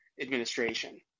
administration